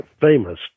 famous